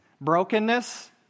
brokenness